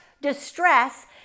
distress